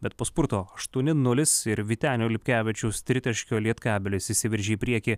bet po spurto aštuoni nulis ir vytenio lipkevičiaus tritaškio lietkabelis išsiveržė į priekį